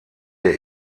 der